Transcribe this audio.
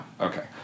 Okay